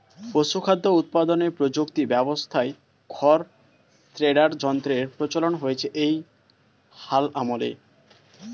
পশুখাদ্য উৎপাদনের প্রযুক্তি ব্যবস্থায় খড় শ্রেডার যন্ত্রের প্রচলন হয়েছে এই হাল আমলে